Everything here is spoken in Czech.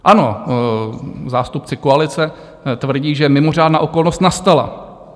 Ano, zástupci koalice tvrdí, že mimořádná okolnost nastala.